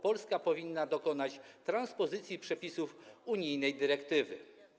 Polska powinna dokonać transpozycji przepisów unijnej dyrektywy.